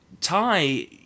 Ty